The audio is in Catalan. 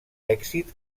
èxit